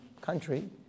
country